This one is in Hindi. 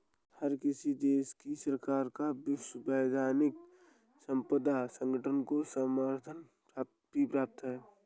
हर किसी देश की सरकार का विश्व बौद्धिक संपदा संगठन को समर्थन भी प्राप्त है